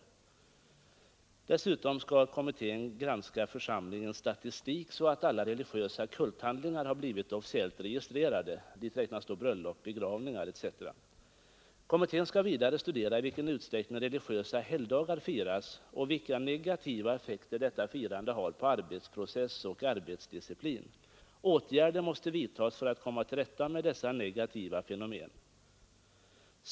Dessutom skall kommittén granska församlingens statistik för att konstatera att alla religiösa kulthandlingar har blivit officiellt registrerade. Dit räknas då bröllop, begravningar etc. Kommittén skall vidare studera i vilken utsträckning religiösa helgdagar firas och vilka negativa effekter detta firande har på arbetsprocesser och arbetsdisciplin. Åtgärder måste vidtagas för att komma till rätta med dessa negativa fenomen.